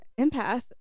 empath